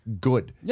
good